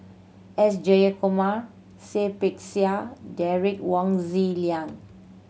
S Jayakumar Seah Peck Seah Derek Wong Zi Liang